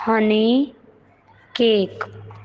honey cake